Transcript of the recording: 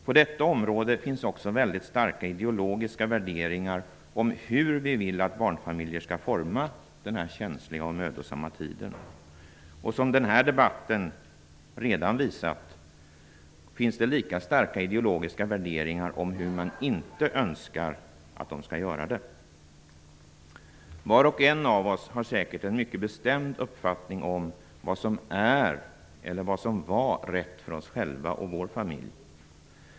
På detta område finns också väldigt starka ideologiska värderingar om hur vi vill att barnfamiljer skall forma denna känsliga och mödosamma tid. Och som denna debatt redan har visat, finns det lika starka ideologiska värderingar om hur man inte önskar att de skall göra. Var och en av oss har säkert en mycket bestämd upfattning om vad som är, eller vad som var, rätt för oss själva och vår familj.